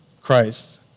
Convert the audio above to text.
Christ